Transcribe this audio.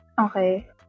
Okay